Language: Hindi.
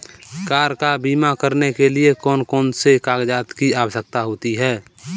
कार का बीमा करने के लिए कौन कौन से कागजात की आवश्यकता होती है?